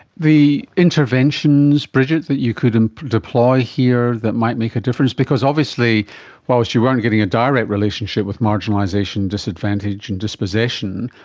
the interventions, bridgette, that you could deploy here that might make a difference? because obviously whilst you weren't getting a direct relationship with marginalisation, disadvantage and dispossession,